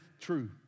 true